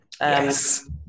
Yes